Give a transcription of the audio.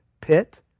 pit